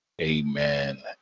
Amen